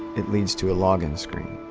it leads to a login screen.